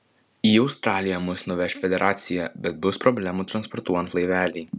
į australiją mus nuveš federacija bet bus problemų transportuojant laivelį